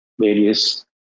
various